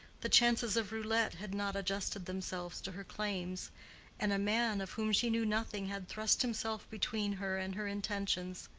the chances of roulette had not adjusted themselves to her claims and a man of whom she knew nothing had thrust himself between her and her intentions.